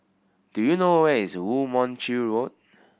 do you know where is Woo Mon Chew Road